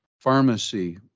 pharmacy